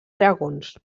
dragons